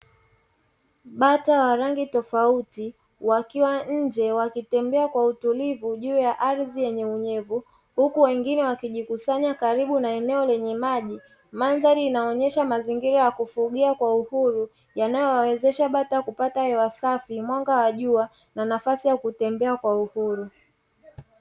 Bata wa rangi tofauti wakiwa nche wa kitembea kwa utulivu juu ya ardhi yenye unyevu na wengine wamejikusanya kwenye maji maandhari ikionyesha kuwa inasapoti ukuaji mzuri wa bata hao